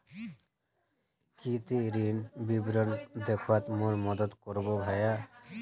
की ती ऋण विवरण दखवात मोर मदद करबो भाया